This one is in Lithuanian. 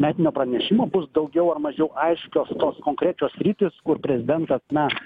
metinio pranešimo bus daugiau ar mažiau aiškios tos konkrečios sritys kur prezidentas na